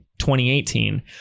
2018